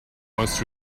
was